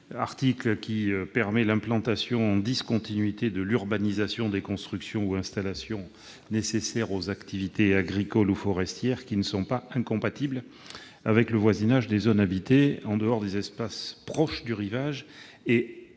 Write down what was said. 12 , qui permet l'implantation, en discontinuité de l'urbanisation, des constructions ou installations nécessaires aux activités agricoles ou forestières qui ne sont pas incompatibles avec le voisinage des zones habitées, en dehors des espaces proches du rivage, et avec